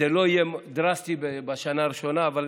זה לא יהיה דרסטי בשנה הראשונה, אבל